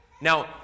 now